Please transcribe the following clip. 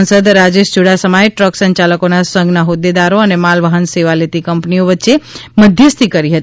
સાંસદ રાજેશ યુડાસમાએ ટ્રક સંચાલકોના સંઘના હોદ્દેદારો અને માલવહન સેવા લેતી કંપનીઓ વચ્ચે મધ્યસ્થી કરી હતી